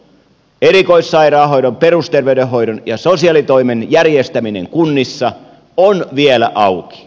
erikoissairaanhoidon perusterveydenhoidon ja sosiaalitoimen järjestäminen kunnissa on vielä auki